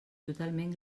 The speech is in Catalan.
totalment